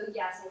yes